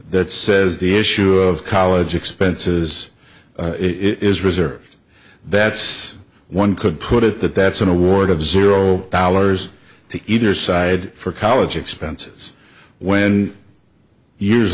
that says the issue of college expenses it is reserved that's one could put it that that's an award of zero dollars to either side for college expenses when years